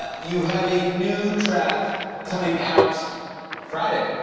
you have a new track coming out friday.